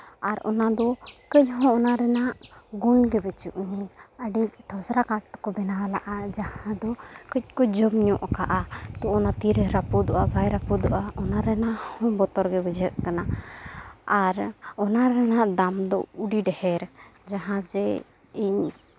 ᱟᱨ ᱚᱱᱟ ᱫᱚ ᱠᱟᱹᱡ ᱦᱚᱸ ᱚᱱᱟ ᱨᱮᱱᱟᱜ ᱜᱩᱱ ᱜᱮ ᱵᱟᱹᱪᱩᱜ ᱟᱹᱱᱤᱡ ᱟᱹᱰᱤ ᱴᱷᱚᱥᱨᱟ ᱠᱟᱴ ᱛᱮᱠᱚ ᱵᱮᱱᱟᱣ ᱞᱟᱜᱟ ᱡᱟᱦᱟᱸ ᱫᱚ ᱠᱟᱹᱡ ᱠᱚ ᱡᱚᱢ ᱧᱚᱜ ᱠᱟᱜᱟ ᱛᱚ ᱚᱱᱟ ᱛᱤᱨᱮ ᱨᱟᱹᱯᱩᱫᱚᱜᱼᱟ ᱵᱟᱭ ᱨᱟᱹᱯᱩᱫᱚᱜᱼᱟ ᱚᱱᱟ ᱨᱮᱱᱟᱜ ᱦᱚᱸ ᱵᱚᱛᱚᱨ ᱜᱮ ᱵᱩᱡᱷᱟᱹᱜ ᱠᱟᱱᱟ ᱟᱨ ᱚᱱᱟ ᱨᱮᱱᱟᱜ ᱫᱟᱢ ᱫᱚ ᱟᱹᱰᱤ ᱰᱷᱮᱹᱨ ᱡᱟᱦᱟᱸ ᱡᱮ ᱤᱧ